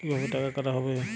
কিভাবে টাকা কাটা হবে?